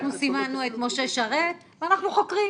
אנחנו סימנו את משה שרת ואנחנו חוקרים.